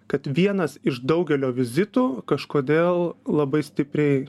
kad vienas iš daugelio vizitų kažkodėl labai stipriai